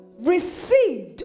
received